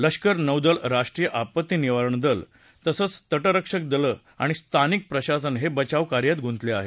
लष्कर नौदल राष्ट्रीय आपत्ती निवारण दल तसंच तटरक्षक दलं आणि स्थानिक प्रशासन हे बचावकार्यात गुंतले आहेत